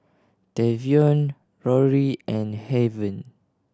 Tavion Rory and Heaven